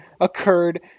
occurred